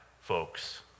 folks